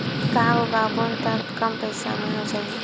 का उगाबोन त कम पईसा म हो जाही?